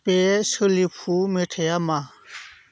बे सोलिफु मेथाइआ मा